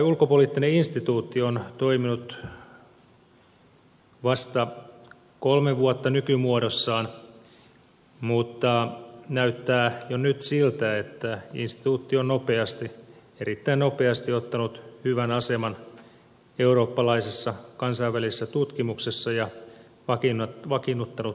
ulkopoliittinen instituutti on toiminut vasta kolme vuotta nykymuodossaan mutta näyttää jo nyt siltä että instituutio on erittäin nopeasti ottanut hyvän aseman eurooppalaisessa kansainvälisessä tutkimuksessa ja vakiinnuttanut toimintansa